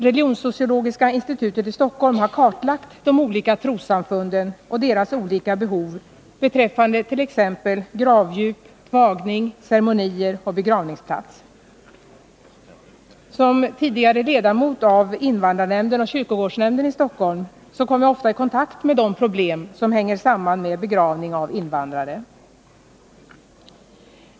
Religionssociologiska institutet i Stockholm har kartlagt de olika trossamfunden och deras olika behov beträffande t.ex. gravdjup, tvagning, ceremonier och begravningsplats. Som tidigare ledamot av invandrarnämnden och kyrkogårdsnämnden i Stockholm kom jag ofta i kontakt med de problem som hänger samman med begravning av invandrare.